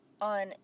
on